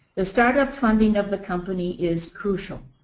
the start-up funding of the company is crucial.